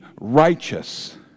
righteous